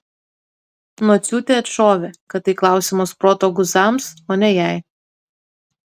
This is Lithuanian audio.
nociūtė atšovė kad tai klausimas proto guzams o ne jai